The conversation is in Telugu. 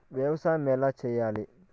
వ్యవసాయం ఎలా చేయాలి?